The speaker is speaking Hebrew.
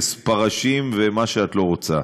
פרשים ומה שאת לא רוצה.